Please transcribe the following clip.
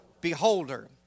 beholder